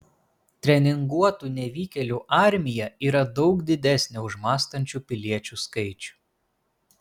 treninguotų nevykėlių armija yra daug didesnė už mąstančių piliečių skaičių